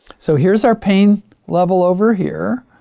so here's our pain level over here.